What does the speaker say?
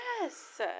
Yes